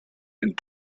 and